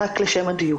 זה רק לשם הדיוק.